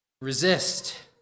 Resist